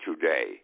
today